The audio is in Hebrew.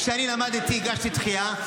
כשאני למדתי בקשתי דחייה,